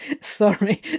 Sorry